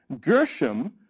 Gershom